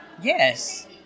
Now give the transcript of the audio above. Yes